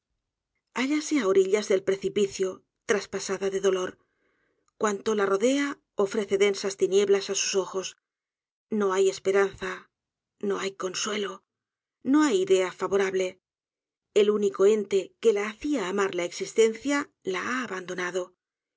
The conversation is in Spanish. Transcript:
hállase á orillas del precipicio traspasada de dolor cuanto la rodea ofrece densas tinieblas á sus ojos no hay esperanza no hay consuelo no hay idea favorable el único ente que la hacia amar la existencia la ha abandonado